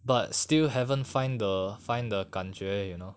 but still haven't find the find the 感觉 you know